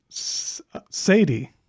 sadie